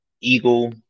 Eagle